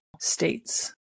states